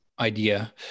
idea